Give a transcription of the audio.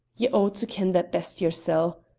ye ought to ken that best yoursel'.